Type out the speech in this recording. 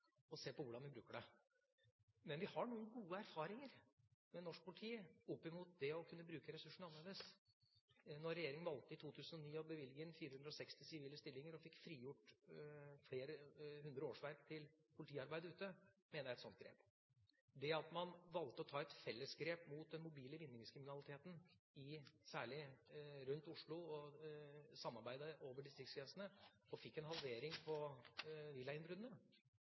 og se på hvordan vi bruker dem. Men vi har noen gode erfaringer med norsk politi opp mot det å kunne bruke ressursene annerledes. At regjeringa i 2009 valgte å bevilge inn 460 sivile stillinger og fikk frigjort flere hundre årsverk til politiarbeid ute, mener jeg er et sånt grep. Det at man valgte å ta et fellesgrep mot den mobile vinningskriminaliteten særlig rundt Oslo og samarbeidet over distriktsgrensene og fikk en halvering